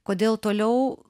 kodėl toliau